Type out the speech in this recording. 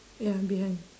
ya behind